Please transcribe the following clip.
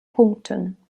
punkten